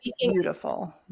Beautiful